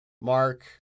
Mark